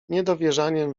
niedowierzaniem